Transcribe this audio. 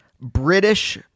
British